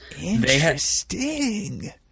interesting